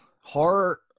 Horror